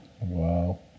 Wow